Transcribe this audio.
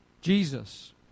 Jesus